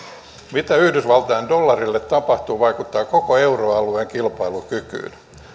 mitä yhdysvaltain dollarille tapahtuu vaikuttaa koko euroalueen kilpailukykyyn